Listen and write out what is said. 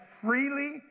freely